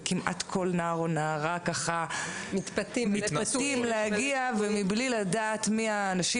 וכמעט כל נער או נערה מתפתים להגיע בלי לדעת מי האנשים.